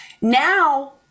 Now